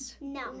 no